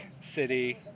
City